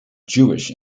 jewish